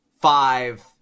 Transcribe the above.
Five